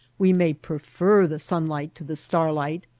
we may prefer the sunlight to the star light,